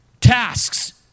Tasks